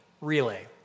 relay